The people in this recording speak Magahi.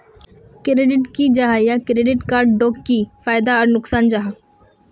क्रेडिट की जाहा या क्रेडिट कार्ड डोट की फायदा आर नुकसान जाहा?